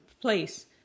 place